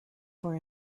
for